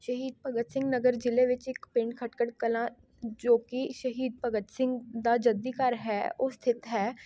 ਸ਼ਹੀਦ ਭਗਤ ਸਿੰਘ ਨਗਰ ਜ਼ਿਲ੍ਹੇ ਵਿੱਚ ਇੱਕ ਪਿੰਡ ਖਟਕੜ ਕਲਾਂ ਜੋ ਕਿ ਸ਼ਹੀਦ ਭਗਤ ਸਿੰਘ ਦਾ ਜੱਦੀ ਘਰ ਹੈ ਉਹ ਸਥਿਤ ਹੈ